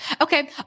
Okay